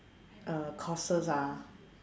uh courses ah